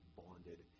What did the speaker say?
bonded